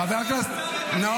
חברת הכנסת קטי,